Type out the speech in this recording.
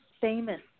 famous